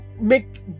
make